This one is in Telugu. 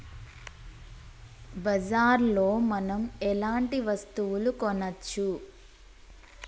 బజార్ లో మనం ఎలాంటి వస్తువులు కొనచ్చు?